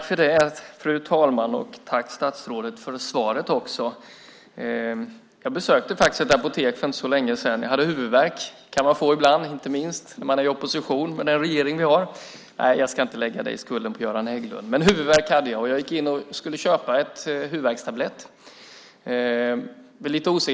Fru talman! Tack, statsrådet, för svaret! Jag besökte faktiskt ett apotek för inte så länge sedan. Jag hade huvudvärk. Det kan man få ibland, inte minst när man är i opposition med den regering vi har. Nej - jag ska inte lägga skulden på Göran Hägglund. Men huvudvärk hade jag, och jag gick in och skulle köpa en huvudvärkstablett.